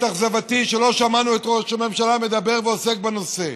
אכזבתי שלא שמענו את ראש הממשלה מדבר ועוסק בנושא.